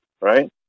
right